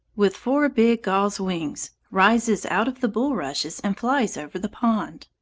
with four big gauze wings rises out of the bulrushes and flies over the pond.